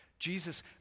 Jesus